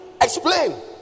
explain